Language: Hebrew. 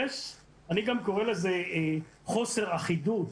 אני גם קורא לזה חוסר אחידות